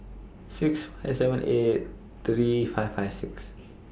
six five seven eight three five five six